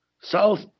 south